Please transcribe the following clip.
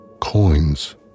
coins